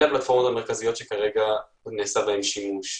אלה הפלטפורמות המרכזיות שכרגע נעשה בהם שימוש.